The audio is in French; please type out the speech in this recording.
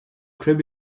club